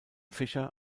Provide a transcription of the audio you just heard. fisher